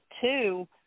two